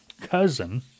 cousin